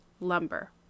lumber